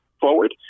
forward